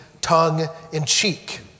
tongue-in-cheek